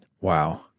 Wow